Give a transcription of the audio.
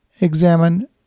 examine